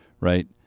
Right